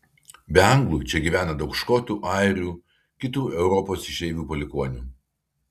be anglų čia gyvena daug škotų airių kitų europos išeivių palikuonių